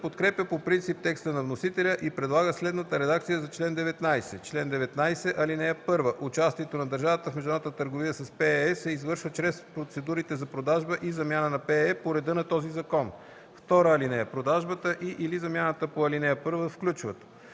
подкрепя по принцип текста на вносителя и предлага следната редакция за чл. 19: „Чл. 19. (1) Участието на държавата в международната търговия с ПЕЕ се извършва чрез процедурите за продажба и замяна на ПЕЕ по реда на този закон. (2) Продажбата и/или замяната по ал. 1 включват: